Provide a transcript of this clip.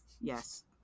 yes